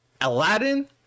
Aladdin